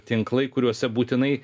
tinklai kuriuose būtinai